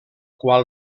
qual